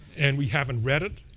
and we haven't read it.